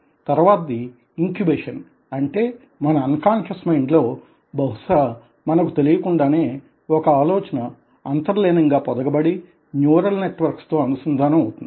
తరువాతది ఇంక్యుబేషన్ అంటే మన అన్ కాన్షస్ మైండ్ లో బహుశ మనకు తెలియకుండానే ఒక ఆలోచన అంతర్లీనంగా పొదగబడి న్యూరల్ నెట్ వర్క్స్ తో అనుసంధానం అవుతుంది